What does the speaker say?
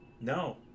No